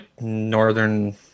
northern